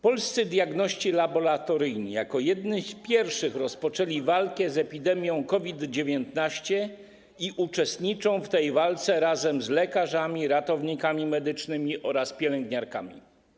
Polscy diagności laboratoryjni jako jedni z pierwszych rozpoczęli walkę z epidemią COVID-19 i uczestniczą w tej walce razem z lekarzami, ratownikami medycznymi oraz pielęgniarkami.